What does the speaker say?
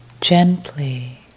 gently